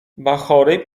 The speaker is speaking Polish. bachory